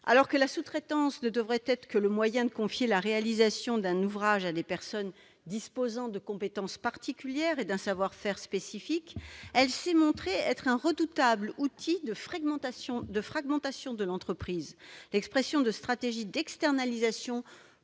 Alors que la sous-traitance ne devrait être que le moyen de confier la réalisation d'un ouvrage à des personnes disposant de compétences particulières et d'un savoir-faire spécifique, elle s'est révélée être un redoutable outil de fragmentation de l'entreprise, l'expression de stratégies d'externalisation